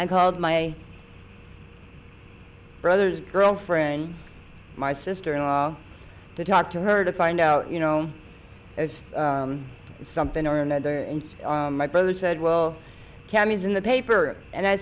i called my brother's girlfriend my sister in law to talk to her to find out you know as something or another and my brother said well cam is in the paper and i